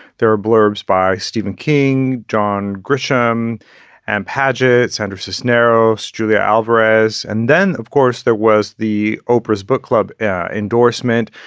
there are blurbs by stephen king, john grisham and padgett, sandra cisneros, julia alvarez. and then, of course, there was the oprah's book club endorsement,